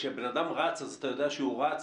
כשבן אדם רץ, אז אתה יודע שהוא רץ.